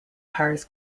paris